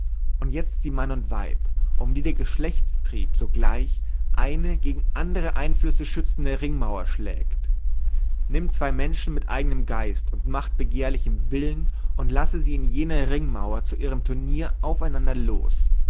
und jetzt sieh mann und weib um die der geschlechtstrieb sogleich eine gegen andere einflüsse schützende ringmauer schlägt nimm zwei menschen mit eigenem geist und machtbegehrlichem willen und lasse sie in jener ringmauer zu ihrem turnier auf einander los